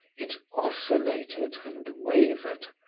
it oscillated and wavered,